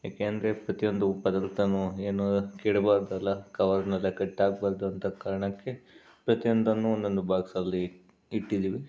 ಏಕೆ ಅಂದರೆ ಪ್ರತಿಯೊಂದು ಪದಾರ್ಥವೂ ಏನು ಕೆಡಬಾರದಲ್ಲ ಕವರ್ನಲ್ಲೇ ಕಟ್ಟಾಕ್ಬಾರ್ದು ಅಂತ ಕಾರಣಕ್ಕೆ ಪ್ರತಿಯೊಂದನ್ನೂ ಒಂದೊಂದು ಬಾಕ್ಸಲ್ಲಿ ಇಟ್ಟು ಇಟ್ಟಿದ್ದೀವಿ